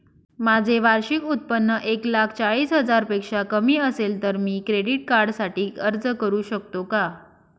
माझे वार्षिक उत्त्पन्न एक लाख चाळीस हजार पेक्षा कमी असेल तर मी क्रेडिट कार्डसाठी अर्ज करु शकतो का?